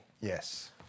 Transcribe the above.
Yes